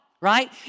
right